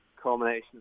culmination